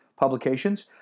publications